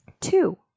Two